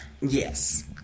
Yes